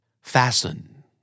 Fasten